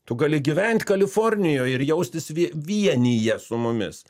tu gali gyvent kalifornijoj ir jaustis vie vienyje su mumis